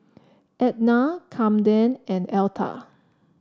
Ednah Camden and Elta